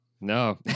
No